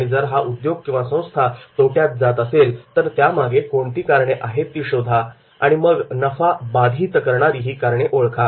आणि जर हा उद्योग किंवा संस्था तोट्यात जात असेल तर त्यामागे कोणती कारणे आहे ती शोधा आणि मग नफा बाधित करणारी ही कारणे ओळखा